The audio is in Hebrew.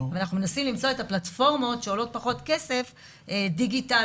אבל אנחנו מנסים למצוא את הפלטפורמות שעולות פחות כסף דיגיטל,